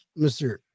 Mr